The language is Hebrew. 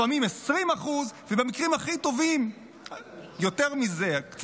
לפעמים 20%, ובמקרים הכי טובים קצת יותר מזה,